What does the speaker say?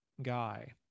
guy